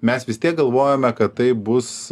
mes vis tiek galvojome kad tai bus